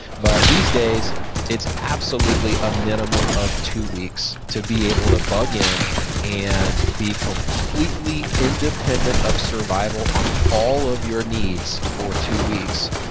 but these days it's absolutely a minimum of two weeks to be able to bug-in and be completely independent of survival on all of your needs for two weeks.